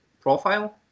profile